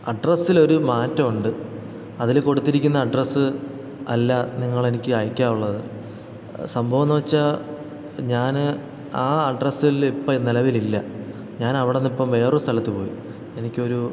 അഡ്രസ്സിലൊരു മാറ്റമുണ്ട് അതില് കൊടുത്തിരിക്കുന്ന അഡ്രസ് അല്ല നിങ്ങളെനിക്ക് അയക്കാനുള്ളത് സംഭവമെന്നുവച്ചാല് ഞാന് ആ അഡ്രസ്സിലിപ്പോള് നിലവിലില്ല ഞാൻ അവിടെനിന്നിപ്പോള് വേറൊരു സ്ഥലത്ത് പോയി എനിക്കൊരു